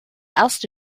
erste